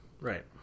Right